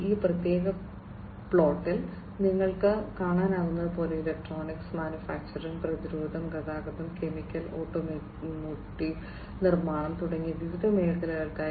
ഈ പ്രത്യേക പ്ലോട്ടിൽ നിങ്ങൾക്ക് കാണാനാകുന്നതുപോലെ ഇലക്ട്രോണിക്സ് മാനുഫാക്ചറിംഗ് പ്രതിരോധം ഗതാഗതം കെമിക്കൽ ഓട്ടോമോട്ടീവ് നിർമ്മാണം തുടങ്ങിയ വിവിധ മേഖലകൾക്കായി